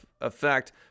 effect